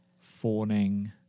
fawning